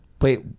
Wait